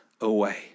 away